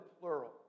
plural